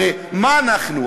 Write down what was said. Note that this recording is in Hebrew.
הרי מה אנחנו,